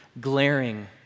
glaring